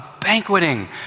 banqueting